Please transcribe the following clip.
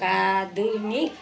काधुनिक